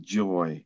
joy